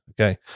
Okay